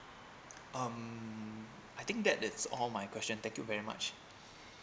um I think that that's all my question thank you very much